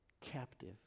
captive